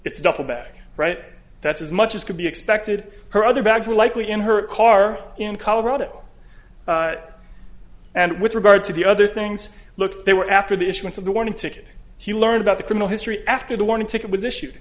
it's duffel bag right that's as much as could be expected her other bags were likely in her car in colorado and with regard to the other things look they were after the issuance of the warning ticket he learned about the criminal history after the warning ticket was issue